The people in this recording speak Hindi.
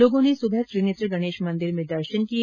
लोगों ने सुबह त्रिनेत्र गणेश मंदिर में दर्शन किए